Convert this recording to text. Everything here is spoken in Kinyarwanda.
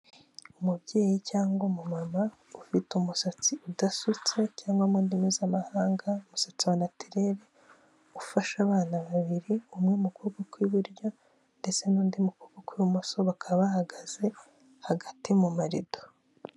Umubyeyi cyangwa umumama ufite umusatsi udasutse cyangwa mu ndimi z'amahanga umusatsi wa naturere ufashe abana babiri umwe mu kuboko kw'iburyo ndetse n'undi mukuboko kw'ibumoso bakaba bahagaze hagati mu marido .